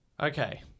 Okay